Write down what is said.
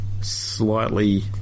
slightly